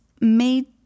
made